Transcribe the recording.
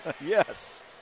Yes